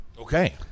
Okay